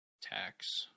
tax